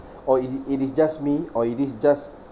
or is it it is just me or it is just